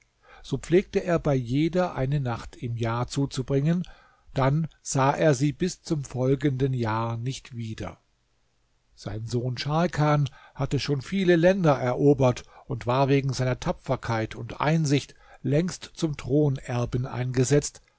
so pflegte er bei jeder eine nacht im jahr zuzubringen dann sah er sie bis zum folgenden jahr nicht wieder sein sohn scharkan hatte schon viele länder erobert und war wegen seiner tapferkeit und einsicht längst zum thronerben eingesetzt